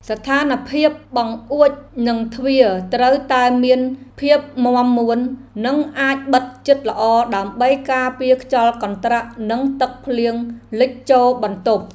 ស្ថានភាពបង្អួចនិងទ្វារត្រូវតែមានភាពមាំមួននិងអាចបិទជិតល្អដើម្បីការពារខ្យល់កន្ត្រាក់និងទឹកភ្លៀងលិចចូលបន្ទប់។